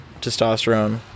testosterone